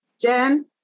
Jen